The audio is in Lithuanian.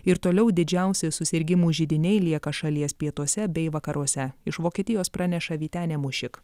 ir toliau didžiausi susirgimų židiniai lieka šalies pietuose bei vakaruose iš vokietijos praneša vytenė mušik